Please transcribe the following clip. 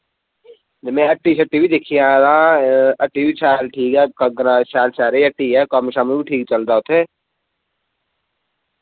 ते मैं हट्टी शट्टी बी दिक्खी आए दा हट्टी वी शैल ठीक ऐ क ग्रा शैल शैह्रे हट्टी ऐ कम्म शम्म वी ठीक चलदा उत्थै